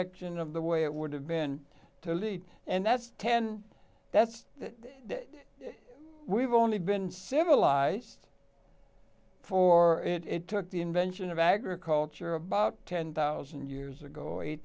ection of the way it would have been to lead and that's ten that's we've only been civilized for it it took the invention of agriculture about ten thousand years ago eight